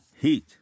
heat